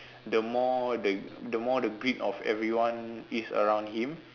the more the more the greed of everyone is around him